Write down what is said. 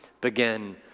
begin